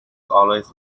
always